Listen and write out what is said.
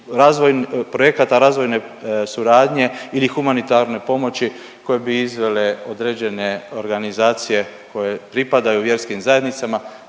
projekata razvojne suradnje ili humanitarne pomoći koje bi izvele određene organizacije koje pripadaju vjerskim zajednicama